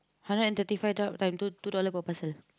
hundred and thirty five drop time time two dollar per person